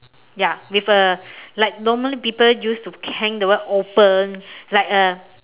ya with a like normally people use to hang the word open like a